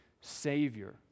Savior